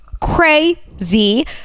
Crazy